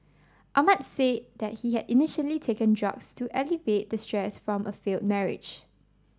Ahmad said that he had initially taken drugs to alleviate the stress from a failed marriage